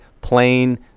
plain